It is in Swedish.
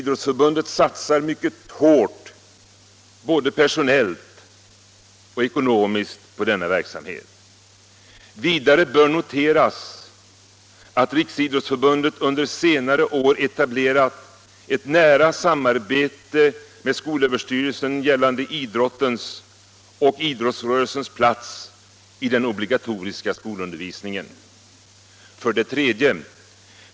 RF satsar mycket hårt både personellt och ekonomiskt på denna verksamhet. Vidare bör noteras att RF under senare år etablerat ett nära samarbete med skolöverstyrelsen, gällande idrottens och idrottsrörelsens plats i den obligatoriska skolundervisningen. 3.